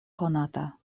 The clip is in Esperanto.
konata